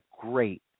great